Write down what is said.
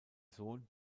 sohn